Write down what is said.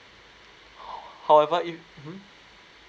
however if mmhmm